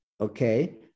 Okay